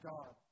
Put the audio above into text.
God